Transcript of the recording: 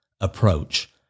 approach